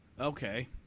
Okay